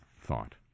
thought